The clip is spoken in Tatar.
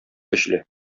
көчле